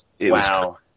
Wow